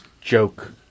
joke